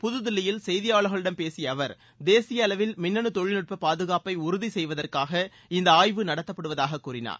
புதுதில்லியில் செய்தியாளர்களிடம் பேசிய அவர் தேசிய அளவில் மின்னனு தொழில்நுபட் பாதுகாப்பை உறுதி செய்வதற்காக இந்த ஆய்வு நடத்தப்படுவதாக சுழினார்